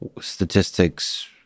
statistics